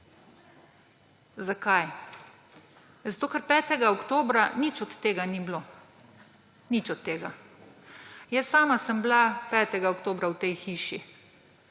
Zakaj? Zato ker 5. oktobra nič od tega ni bilo. Nič od tega. Jaz sama sem bila 5. oktobra v teh hiši